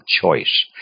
choice